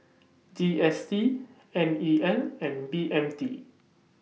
G S T N E L and B M T